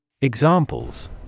Examples